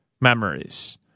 memories